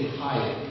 higher